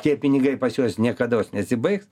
tie pinigai pas juos niekados nesibaigs